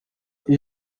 iyo